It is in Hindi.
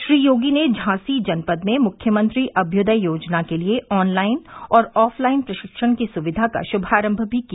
श्री योगी ने झासी जनपद में मुख्यमंत्री अम्युदय योजना के लिए ऑनलाइन और ऑफलाइन प्रशिक्षण सुविधा का शुभारम्भ भी किया